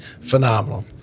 phenomenal